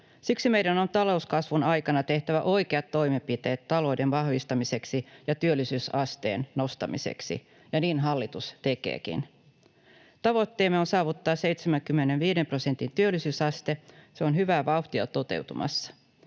Siksi meidän on talouskasvun aikana tehtävä oikeat toimenpiteet talouden vahvistamiseksi ja työllisyysasteen nostamiseksi. Ja niin hallitus tekeekin. Tavoitteemme saavuttaa 75 prosentin työllisyysaste on hyvää vauhtia toteutumassa.